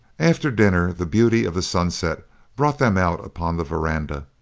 after dinner the beauty of the sunset brought them out upon the veranda.